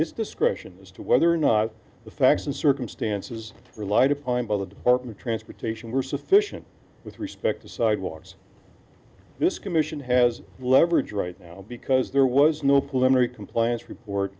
its discretion as to whether or not the facts and circumstances relied upon by the department transportation were sufficient with respect to sidewalks this commission has leverage right now because there was no plimer compliance report